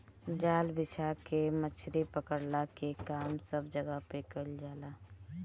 जाल बिछा के मछरी पकड़ला के काम सब जगह पे कईल जाला